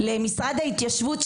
למשרד ההתיישבות,